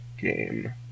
game